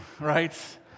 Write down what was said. right